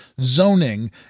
zoning